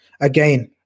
Again